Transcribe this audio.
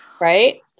right